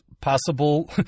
possible